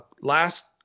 Last